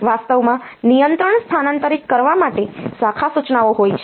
વાસ્તવમાં નિયંત્રણ સ્થાનાંતરિત કરવા માટે શાખા સૂચનાઓ હોય છે